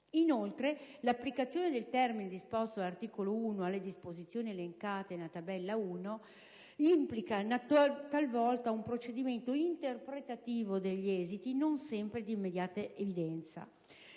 Inoltre, l'applicazione del termine disposto dall'articolo 1 alle disposizioni elencate nella Tabella 1 implica talvolta un procedimento interpretativo dagli esiti non sempre di immediata evidenza.